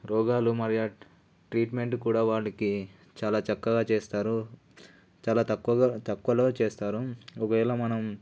రోగాలు మరియు ట్రీట్మెంట్ కూడా వాళ్ళకి చాలా చక్కగా చేస్తారు చాలా తక్కువగా తక్కువలో చేస్తారు ఒకవేళ మనం